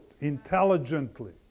intelligently